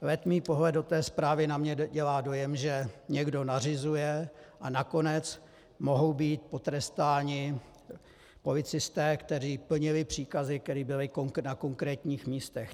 Letmý pohled do té zprávy na mě dělá dojem, že někdo nařizuje, a nakonec mohou být potrestáni policisté, kteří plnili příkazy, které byly na konkrétních místech.